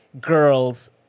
girls